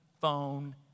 phone